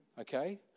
Okay